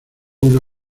una